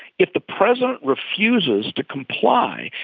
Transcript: if the president refuses to comply,